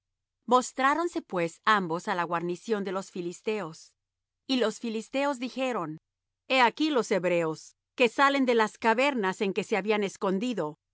señal mostráronse pues ambos á la guarnición de los filisteos y los filisteos dijeron he aquí los hebreos que salen de las cavernas en que se habían escondido